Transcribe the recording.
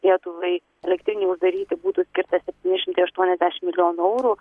lietuvai elektrinei uždaryti būtų skirta septyni šimtai aštuoniasdešim milijonų eurų